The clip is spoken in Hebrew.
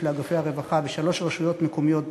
לאגפי הרווחה בשלוש רשויות מקומיות